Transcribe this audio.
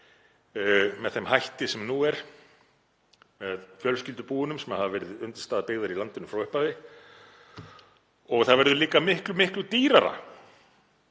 með þeim hætti sem nú er, með fjölskyldubúunum sem hafa verið undirstaða byggðar í landinu frá upphafi, og það verður líka miklu dýrara